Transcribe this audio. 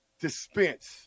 dispense